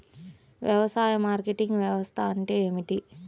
వ్యవసాయ మార్కెటింగ్ వ్యవస్థ అంటే ఏమిటి?